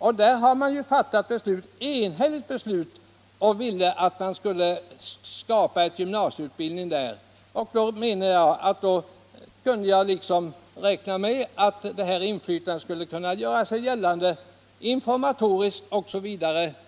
Man har i regionen fattat ett enhälligt beslut om att försöka få ett gymnasium där. Jag räknade då med att detta skulle avspegla sig